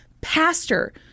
pastor